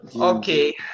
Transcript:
Okay